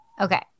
Okay